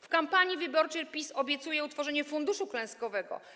W kampanii wyborczej PiS obiecuje utworzenie funduszu klęskowego.